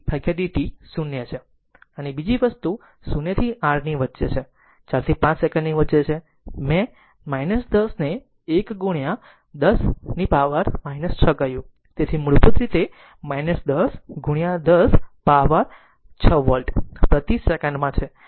અને બીજી વસ્તુ 0 થી r ની વચ્ચે છે 4 થી 5 સેકન્ડની વચ્ચે છે મેં 10 ને 1 10 દ્વારા પાવર 6 કહ્યું તેથી મૂળભૂત રીતે 10 10 પાવર 6 વોલ્ટ પ્રતિ સેકન્ડમાં છે